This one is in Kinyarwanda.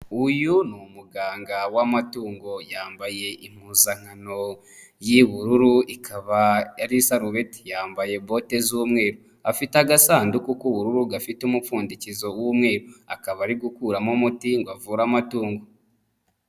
Uyu ni umuganga w'amatungo, yambaye impuzankano y'ubururu, ikaba ari isarubeti. Yambaye bote z'umweru. Afite agasanduku k'ubururu gafite umupfundikizo w'umweru. Akaba ari gukuramo umuti ngo avura amatungo.